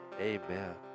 Amen